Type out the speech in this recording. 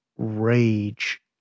rage